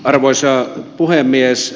arvoisa puhemies